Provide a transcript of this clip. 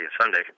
Sunday